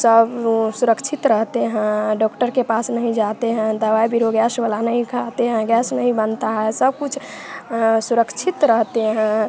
सब वो सुरक्षित रहते हैं डॉक्टर के पास नहीं जाते हैं दवाई भी ओर गैस वाला नहीं खाते हैं गैस नहीं बनता है सब कुछ सुरक्षित रहते हैं